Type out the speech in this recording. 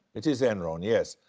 it is enron, yes.